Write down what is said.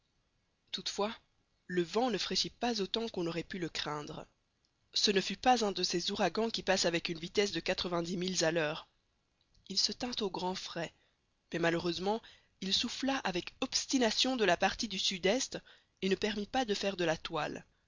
toutefois le vent ne fraîchit pas autant qu'on aurait pu le craindre ce ne fut pas un de ces ouragans qui passent avec une vitesse de quatre-vingt-dix milles à l'heure il se tint au grand frais mais malheureusement il souffla avec obstination de la partie du sud-est et ne permit pas de faire de la toile